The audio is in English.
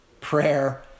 prayer